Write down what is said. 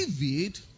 David